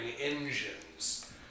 engines